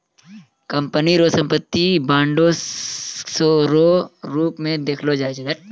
company रो संपत्ति के बांडो रो रूप मे देखलो जाय छै